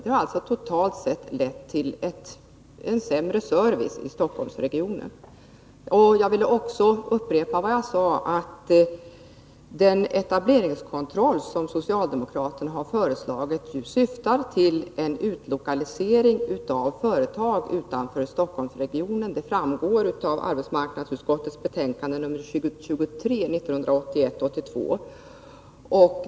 Det har totalt sett lett till en sämre service i Stockholmsregionen. Jag vill också upprepa vad jag sade om att den etableringskontroll som socialdemokraterna föreslagit syftar till en lokalisering av företag utanför Stockholmsregionen. Det framgår av arbetsmarknadsutskottets betänkande 1981/82:23.